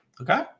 okay